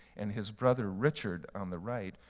and his brother, richard, on the right,